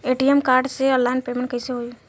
ATM card से online payment कैसे होई?